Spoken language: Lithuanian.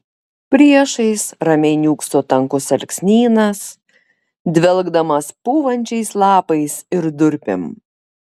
priešais ramiai niūkso tankus alksnynas dvelkdamas pūvančiais lapais ir durpėm